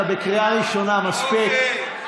אתה ישבת פה.